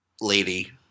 Lady